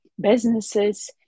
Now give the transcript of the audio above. businesses